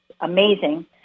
amazing